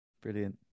Brilliant